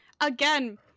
again